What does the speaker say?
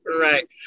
Right